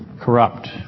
corrupt